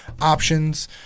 options